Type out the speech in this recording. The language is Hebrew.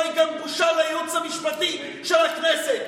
היא גם בושה לייעוץ המשפטי של הכנסת.